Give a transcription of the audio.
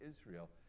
Israel